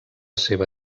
seva